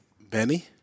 Benny